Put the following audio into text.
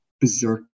berserk